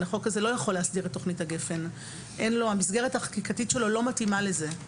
הוא לא יכול; המסגרת החקיקתית שלו לא מתאימה לזה.